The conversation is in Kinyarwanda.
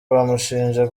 bamushinja